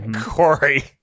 Corey